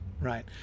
right